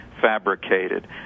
fabricated